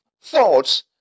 Thoughts